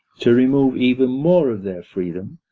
to remove even more of their freedom,